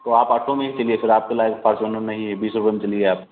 तो आप आटो में ही चलिए फिर आपके लायक फारचूनर नहीं है बीस रुपये में चलिए आप